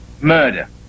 murder